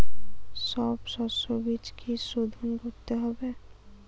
সব শষ্যবীজ কি সোধন করতে হবে?